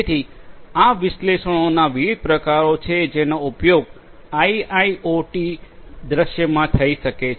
તેથી આ વિશ્લેષણોના વિવિધ પ્રકારો છે જેનો ઉપયોગ આઇઆઇઓટી દૃશ્યમાં થઈ શકે છે